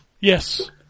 Yes